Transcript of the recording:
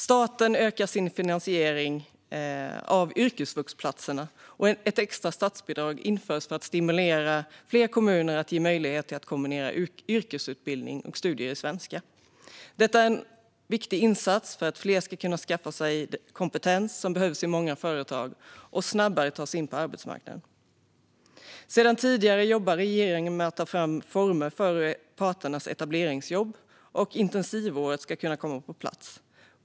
Staten ökar sin finansiering av yrkesvuxplatserna, och ett extra statsbidrag införs för att stimulera fler kommuner att ge möjlighet att kombinera yrkesutbildning och studier i svenska. Detta är en viktig insats för att fler ska kunna skaffa sig kompetens som behövs i många företag och snabbare ta sig in på arbetsmarknaden. Sedan tidigare jobbar regeringen med att ta fram former för hur parternas etableringsjobb och intensivåret ska kunna komma på plats.